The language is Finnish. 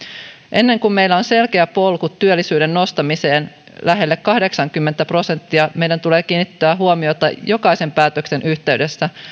ennen kuin meillä on selkeä polku työllisyyden nostamiseen lähelle kahdeksaakymmentä prosenttia meidän tulee kiinnittää huomiota jokaisen päätöksen yhteydessä